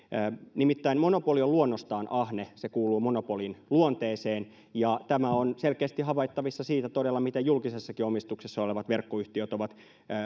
nimittäin monopoli on luonnostaan ahne se kuuluu monopolin luonteeseen tämä on todella selkeästi havaittavissa siitä miten julkisessakin omistuksessa olevat verkkoyhtiöt ovat